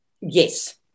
Yes